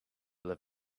live